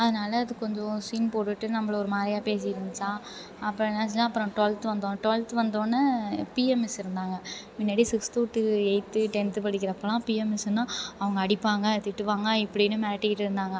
அதனால் அது கொஞ்சம் சீன் போட்டுட்டு நம்மள ஒரு மாதிரியா பேசிட்டு இருந்துச்சா அப்புறம் என்ன செஞ்சேன் அப்புறம் டுவெல்த் வந்தோம் டுவெல்த் வந்தோடனே பி எம் மிஸ் இருந்தாங்க முன்னாடி சிக்ஸ்த்து டு எயித்து டென்த்து படிக்கிறப்போல்லாம் பி எம் மிஸ்ஸுன்னா அவங்க அடிப்பாங்க திட்டுவாங்க இப்படின்னு மிரட்டிட்டு இருந்தாங்க